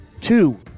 Two